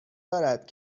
دارد